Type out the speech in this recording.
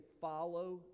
follow